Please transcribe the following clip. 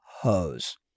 hose